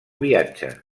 viatge